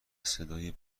صدای